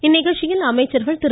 இந்நிகழ்ச்சியில் அமைச்சர்கள் திரு